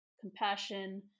compassion